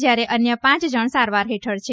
જયારે અન્ય પાંચ જણ સારવાર હેઠળ છે